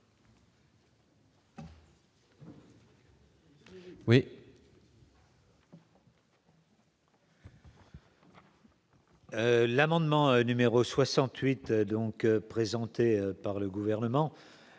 L'amendement numéro 68 donc présenté par le gouvernement